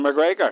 McGregor